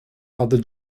other